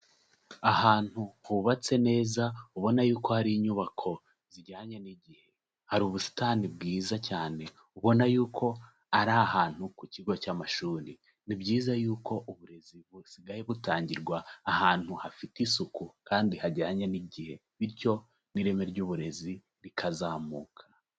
Ahantu hubatse neza ubona y'uko hari inyubako zijyanye n'igihe, hari ubusitani bwiza cyane ubona y'uko ari ahantu ku kigo cy'amashuri, ni byiza y'uko uburezi busigaye butangirwa ahantu hafite isuku kandi hajyanye n'igihe bityo n'ireme ry'uburezi rikazamuka.